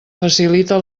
facilite